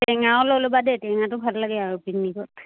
টেঙাও লৈ ল'বা দেই টেঙাটো ভাল লাগে আৰু পিকনিকত